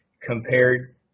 compared